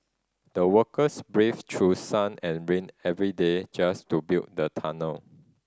the workers braved through sun and rain every day just to build the tunnel